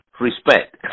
Respect